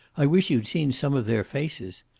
i wish you'd seen some of their faces.